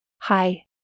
Hi